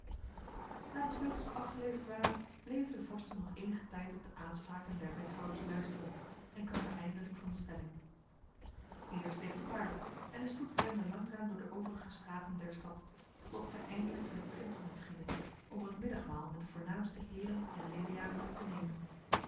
na de sleutels afgeleverd waren bleven de vorsten nog enige tijd op de aanspraken der wethouders luisteren en kwamen eindelijk van de stelling ieder steeg te paard en de stoet rende langzaam door de overige straten der stad totdat zij eindelijk in het prinsenhof gingen om er het middagmaal met de voornaamste heren en leliaren te nemen